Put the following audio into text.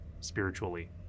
spiritually